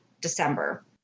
December